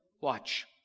Watch